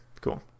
Cool